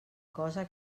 cosa